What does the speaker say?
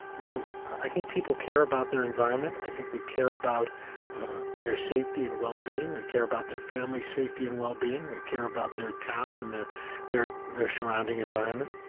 you know, i think people care about their environment. i think they care about their safety and well-being. they care about their family's safety and well-being. they care about their town and their their surrounding environment.